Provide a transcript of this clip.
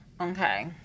Okay